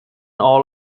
all